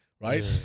right